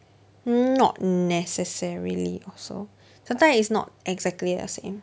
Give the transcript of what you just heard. not necessarily also sometimes it's not exactly the same